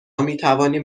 میتوانیم